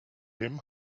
him